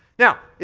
now,